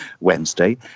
Wednesday